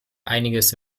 einiges